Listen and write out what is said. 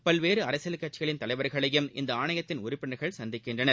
பல்வேறு அரசியல் கட்சியின் தலைவர்களையும் இந்த ஆணையத்தின் உறுப்பினர்கள் சந்திக்கின்றனர்